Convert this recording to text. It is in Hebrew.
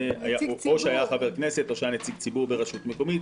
או שהיה חבר כנסת או שהיה נציג ציבור ברשות מקומית.